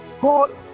God